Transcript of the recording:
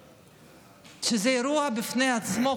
שזה אירוע בפני עצמו,